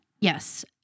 Yes